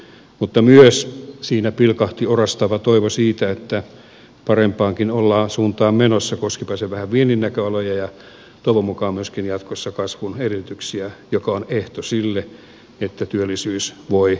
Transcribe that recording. mutta myös siinä pilkahti orastava toivo siitä että parempaankin suuntaan ollaan menossa koskipa se vähän viennin näköaloja ja toivon mukaan myöskin jatkossa kasvun edellytyksiä joka on ehto sille että työllisyys voi parantua